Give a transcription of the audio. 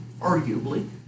arguably